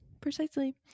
Precisely